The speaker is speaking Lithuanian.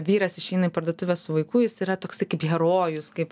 vyras išeina į parduotuvę su vaiku jis yra toks kaip herojus kaip